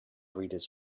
readers